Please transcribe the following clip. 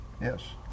yes